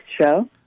show